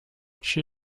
she